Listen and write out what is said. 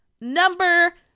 Number